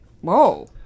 whoa